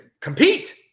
Compete